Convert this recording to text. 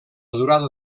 durada